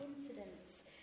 incidents